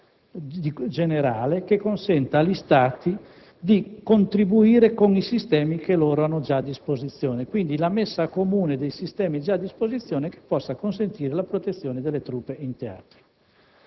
generale che consenta agli Stati di contribuire con i sistemi che hanno già a disposizione: quindi, la messa in comune dei sistemi già a disposizione che possa consentire la protezione delle truppe in teatro.